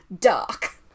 dark